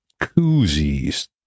koozies